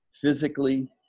physically